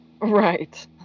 right